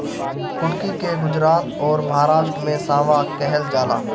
कुटकी के गुजरात अउरी महाराष्ट्र में सांवा कहल जाला